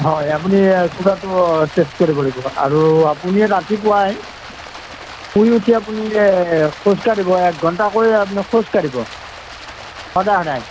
হয় আপুনি চুগাৰটো টেস্ট কৰিব লাগিব আৰু আপুনি ৰাতিপুৱাই শুই উঠি আপুনি খোজকাঢ়িব এক ঘণ্টাকৈ আপুনি খোজ কাঢ়িব সদায় সদায়